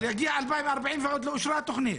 אבל יגיע 2040 ועוד לא אושרה התוכנית.